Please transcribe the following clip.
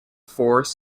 forrest